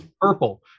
purple